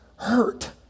hurt